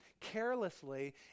carelessly